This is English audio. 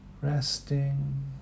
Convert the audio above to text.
resting